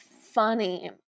funny